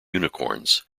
unicorns